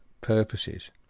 purposes